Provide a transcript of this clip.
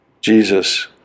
Jesus